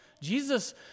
Jesus